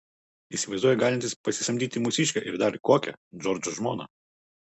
įsivaizduoja galintis pasisamdyti mūsiškę ir dar kokią džordžo žmoną